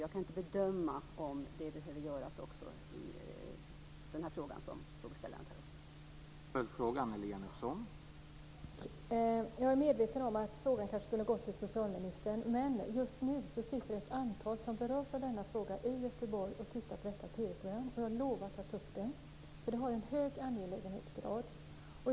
Jag kan inte bedöma om det behöver göras också när det gäller det som frågeställaren tar upp.